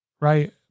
right